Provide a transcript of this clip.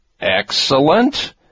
excellent